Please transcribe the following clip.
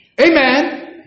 amen